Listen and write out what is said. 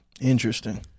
interesting